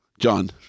John